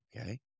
Okay